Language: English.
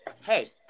hey